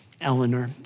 Eleanor